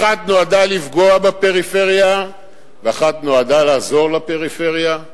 אחת נועדה לפגוע בפריפריה ואחת נועדה לעזור לפריפריה,